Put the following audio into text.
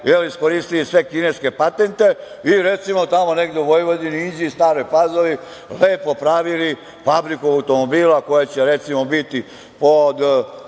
iskoristili sve kineske patente i recimo tamo negde u Vojvodini, Inđiji, Staroj Pazovi lepo pravili fabriku automobila koja će recimo biti pod